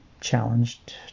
challenged